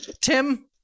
Tim